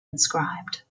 inscribed